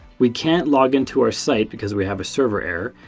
we can't log into our site because we have a server error.